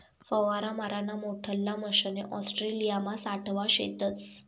फवारा माराना मोठल्ला मशने ऑस्ट्रेलियामा सावठा शेतस